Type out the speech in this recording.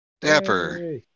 Dapper